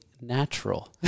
natural